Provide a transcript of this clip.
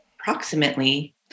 approximately